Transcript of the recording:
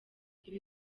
ibi